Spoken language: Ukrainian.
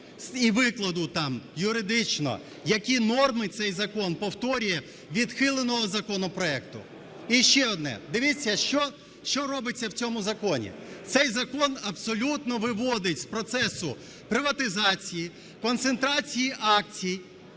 і викладу там юридично, які норми цей закон повторює відхиленого законопроекту. І ще одне. Дивиться, що робиться в цьому законі. Цей закон абсолютно виводить з процесу приватизації, концентрації акцій